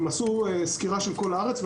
הם עשו סקירה של כל הארץ,